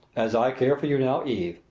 as i care for you now, eve,